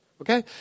okay